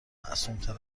معصومتر